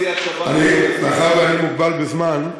מאחר שאני מוגבל בזמן,